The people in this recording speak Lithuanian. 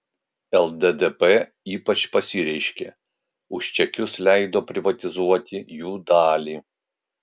lddp ypač pasireiškė už čekius leido privatizuoti jų dalį